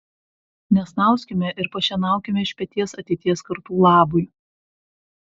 nesnauskime ir pašienaukime iš peties ateities kartų labui